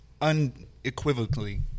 unequivocally